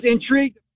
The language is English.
intrigued